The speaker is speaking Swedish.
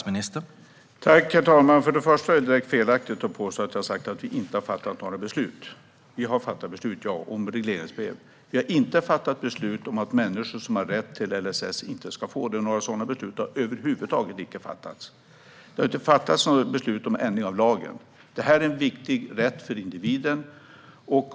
Herr talman! Till att börja med är det direkt felaktigt att påstå att jag har sagt att vi inte har fattat några beslut. Vi har fattat beslut om regleringsbrev. Men vi har inte fattat beslut om att människor som har rätt till LSS inte ska få det. Några sådana beslut har över huvud taget icke fattats. Det har inte fattats något beslut om ändring av lagen. Detta är en viktig rätt för individen.